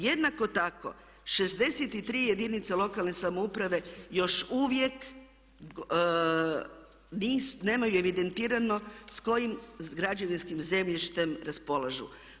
Jednako tako 63 jedinice lokalne samouprave još uvijek nemaju evidentirano s kojim građevinskim zemljištem raspolažu.